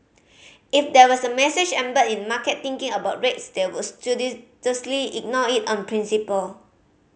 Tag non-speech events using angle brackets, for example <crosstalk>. if there was a message embedded in market thinking about rates they would <unintelligible> ignore it on principle